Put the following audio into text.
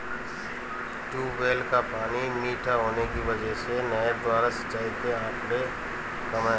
tubewell का पानी मीठा होने की वजह से नहर द्वारा सिंचाई के आंकड़े कम है